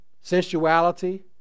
sensuality